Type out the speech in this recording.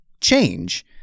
change